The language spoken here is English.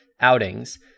outings